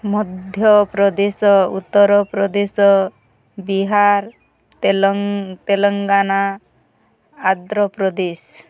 Madhya Pradesh Uttar Pradesh Bihar Telangana Andhra Pradesh